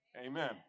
amen